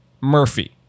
Murphy